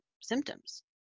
symptoms